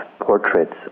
portraits